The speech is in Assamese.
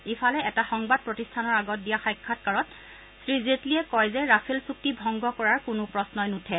ইফালে এটা সংবাদ প্ৰতিষ্ঠানৰ আগত দিয়া সাক্ষাৎকাৰত শ্ৰী জেটলীয়ে কয় যে ৰাফেল চুক্তি ভংগ কৰাৰ কোনো প্ৰশ্নই নুঠে